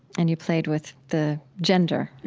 and you played with the gender